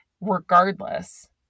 regardless